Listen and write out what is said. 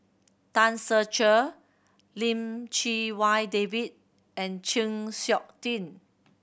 Tan Ser Cher Lim Chee Wai David and Chng Seok Tin